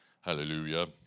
Hallelujah